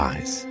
Eyes